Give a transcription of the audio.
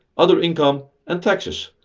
other income, and taxes.